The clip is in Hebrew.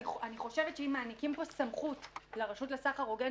אני חושבת שאם מעניקים פה סמכות לרשות לסחר הוגן,